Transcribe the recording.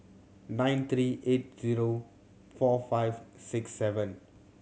nine three eight zero four five six seven